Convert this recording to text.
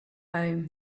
home